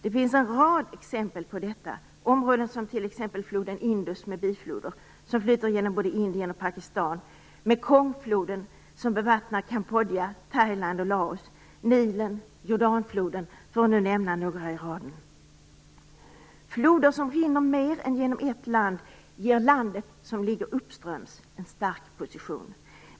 Det finns en rad exempel på detta: områden som t.ex. floden Indus med bifloder, som flyter genom både Indien och Pakistan, Mekongfloden som bevattnar Kambodja, Thailand och Laos, Nilen och Jordanfloden för att nu nämna några i raden. Floder som rinner genom mer än ett land ger landet som ligger uppströms en stark position.